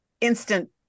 instant